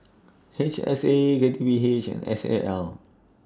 H S A K T P H and S A L